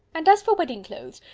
and as for wedding clothes,